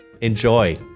Enjoy